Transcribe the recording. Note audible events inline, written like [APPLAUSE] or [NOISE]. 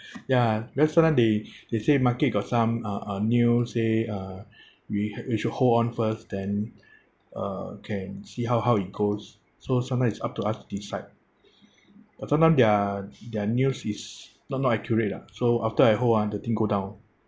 [BREATH] ya because sometimes they [BREATH] they say market got some uh uh news say uh [BREATH] we we should hold on first then uh can see how how it goes so sometimes it's up to us to decide [BREATH] but sometimes their their news is not not accurate lah so after I hold ah the thing go down